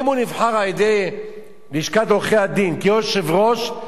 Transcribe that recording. אם הוא נבחר על-ידי לשכת עורכי-הדין כיושב-ראש,